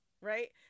Right